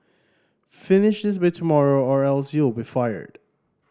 finish this by tomorrow or else you'll be fired